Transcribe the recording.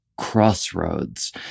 crossroads